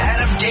Adam